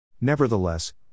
Nevertheless